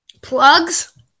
plugs